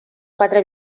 quatre